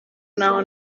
n’aho